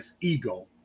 ego